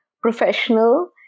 professional